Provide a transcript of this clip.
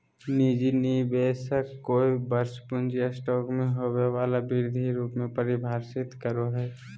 निजी निवेशक कोय वर्ष पूँजी स्टॉक में होबो वला वृद्धि रूप में परिभाषित करो हइ